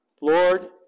Lord